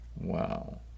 Wow